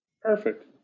Perfect